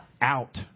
out